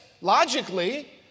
logically